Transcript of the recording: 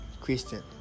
Christian